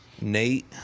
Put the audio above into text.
Nate